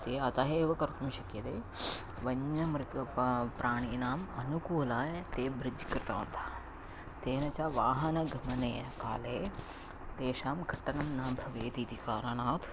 ते अतः एव कर्तुं शक्यते वन्यमगः पा प्राणीनाम् अनुकूलाय ते ब्रिज् कृतवन्तः तेन च वाहनगमने काले तेषां घटनं न भवेत् इति कारणात्